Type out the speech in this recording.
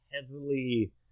heavily